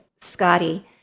Scotty